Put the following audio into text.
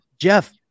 Jeff